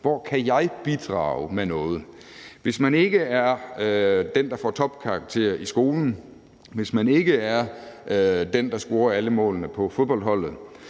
Hvor kan jeg bidrage med noget? Hvis man ikke er den, der får topkarakterer i skolen; hvis man ikke er den, der scorer alle målene på fodboldholdet;